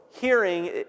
hearing